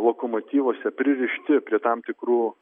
lokomotyvuose pririšti prie tam tikrų